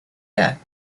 yet